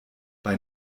bei